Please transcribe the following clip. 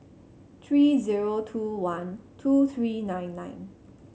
three zero two one two three nine nine